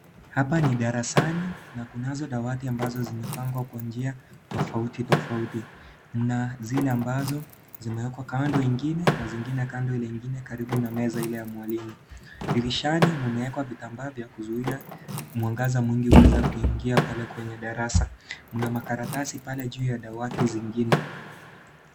Hapa ni darasani na kunazo dawati ambazo zimepangwa kwa njia tofauti tofauti. Mna zile ambazo zimewekwa kando ingine na zingine kando Ile ingine karibu na meza ile ya mwalimu. Dirishani mmewekwa vitambaa vya kuzuia mwangaza mwingi uweze kuingia pale kwenye darasa. Mna makaratasi pale juu ya dawati zingine.